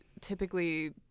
typically